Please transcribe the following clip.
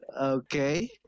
Okay